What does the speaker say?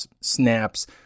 snaps